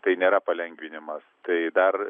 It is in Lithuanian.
tai nėra palengvinimas tai dar